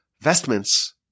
vestments